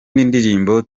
ndirimbo